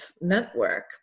network